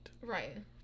Right